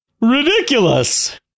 Ridiculous